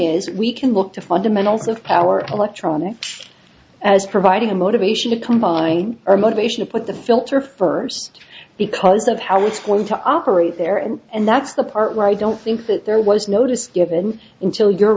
is we can look to fundamentals of power electronics as providing a motivation to combine our motivation to put the filter first because of how it's going to operate there and and that's the part where i don't think that there was notice given until you